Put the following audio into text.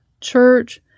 church